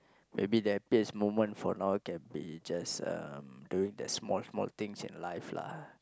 maybe the happiest moment for now can be just um doing the small small things in life lah